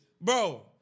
bro